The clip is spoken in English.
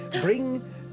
bring